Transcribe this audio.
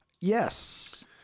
Yes